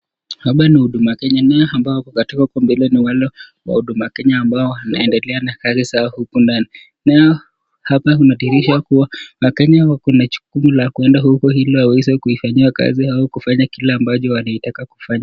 Hapa ni Huduma Kenya nayo ambao watu wako mbele ni wale wa huduma Kenya ambao wanaelekea na gari zao huku ndani. Nayo, hapa kunadhihirisha kuwa wakenya wako na jukumu la kuenda huku ili waweze kuifanyiwa kazi au kufanya kile ambao wanaitaka kufanya.